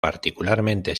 particularmente